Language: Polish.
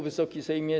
Wysoki Sejmie!